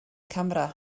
camera